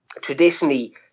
traditionally